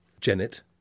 Janet